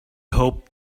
hoped